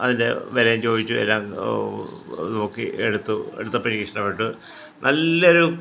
അതിൻ്റെ വിലയും ചോദിച്ചു എല്ലാം നോക്കി എടുത്തു എടുത്തപ്പോൾ എനിക്ക് ഇഷ്ടപ്പെട്ടു നല്ലൊരു